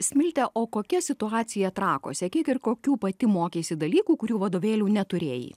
smilte o kokia situacija trakuose kiek ir kokių pati mokeisi dalykų kurių vadovėlių neturėjai